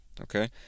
okay